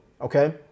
okay